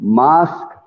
mask